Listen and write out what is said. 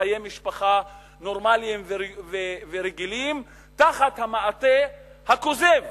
חיי משפחה נורמליים ורגילים תחת המעטה הכוזב